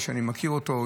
איש שאני מכיר אותו,